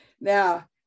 Now